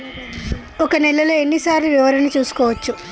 ఒక నెలలో ఎన్ని సార్లు వివరణ చూసుకోవచ్చు?